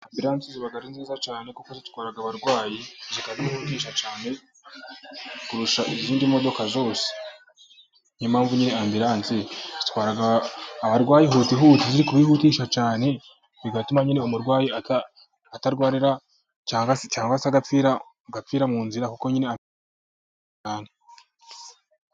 Ambulance ni nziza cyane kuko zitwara abarwayi zikihuta kurusha izindi modoka zose. Niyo mpamvu ambulance itwara abarwaye ikabihutisha cyane bigatuma nyine umurwayi adapfira mu nzira kuko nyine cyane...